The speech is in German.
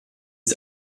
ist